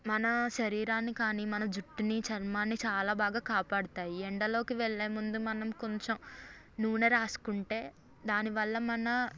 మన శరీరాన్ని కానీ మన జుట్టుని చర్మాన్ని చాలా బాగా కాపాడుతాయి ఎండలోకి వెళ్లే ముందు మనం కొంచెం నూనె రాసుకుంటే దానివల్ల మన